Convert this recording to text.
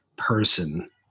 Person